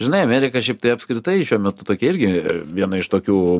žinai amerika šiaip tai apskritai šiuo metu tokia irgi viena iš tokių